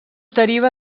deriva